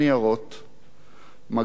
מגש עם 50 חביתות,